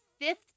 fifth